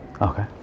Okay